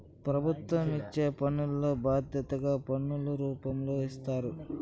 ప్రభుత్వం ఇచ్చే పనిలో బాధ్యతగా పన్నుల రూపంలో ఇచ్చారు